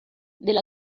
della